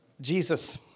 Jesus